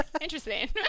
interesting